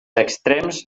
extrems